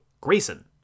Grayson